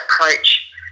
approach